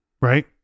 right